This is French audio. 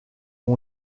mon